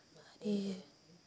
हमारी